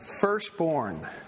firstborn